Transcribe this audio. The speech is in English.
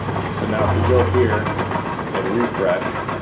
so now if we go here and refresh